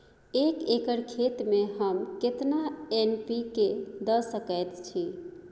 एक एकर खेत में हम केतना एन.पी.के द सकेत छी?